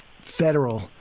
federal